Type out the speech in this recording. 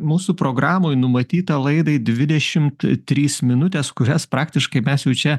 mūsų programoj numatyta laidai dvidešimt trys minutės kurias praktiškai mes jau čia